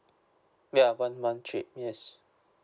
ya one month trip yes